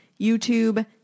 YouTube